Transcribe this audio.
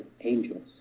angels